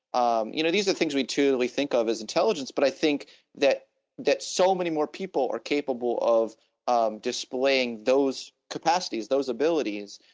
um you know these are the things we truly think of as intelligence but i think that that's so many more people are capable of um displaying those capacities, those abilities,